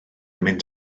mynd